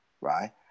right